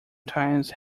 times